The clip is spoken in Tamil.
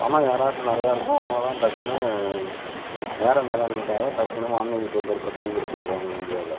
பணம் யார் யாருகிட்ட நிறையா இருக்கோ அவங்க தான் டக்குனு நேரம் மேலாண்மைக்காக டக்குனு வான்வழி போக்குவரத்தை பயன்படுத்திக்கிட்டு இருக்காங்க இந்தியாவில்